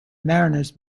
mariners